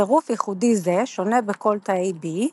צירוף ייחודי זה שונה בכל תא B,